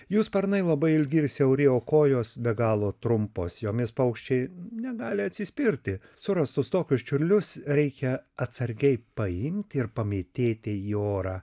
jų sparnai labai ilgi ir siauri o kojos be galo trumpos jomis paukščiai negali atsispirti surastus tokius čiurlius reikia atsargiai paimti ir pamėtėti į orą